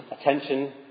attention